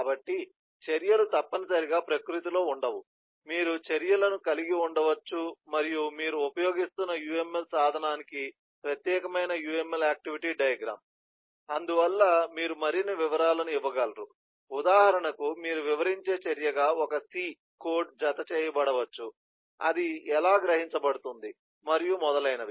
కాబట్టి చర్యలు తప్పనిసరిగా ప్రకృతిలో ఉండవు మీరు చర్యలను కలిగి ఉండవచ్చు మరియు మీరు ఉపయోగిస్తున్న UML సాధనానికి ప్రత్యేకమైన UML ఆక్టివిటీ డయాగ్రమ్ అందువల్ల మీరు మరిన్ని వివరాలను ఇవ్వగలరు ఉదాహరణకు మీరు వివరించే చర్యగా ఒక C కోడ్ జతచేయబడవచ్చు అది ఎలా గ్రహించబడుతుంది మరియు మొదలైనవి